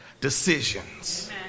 decisions